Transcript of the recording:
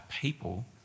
people